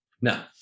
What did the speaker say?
No